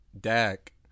Dak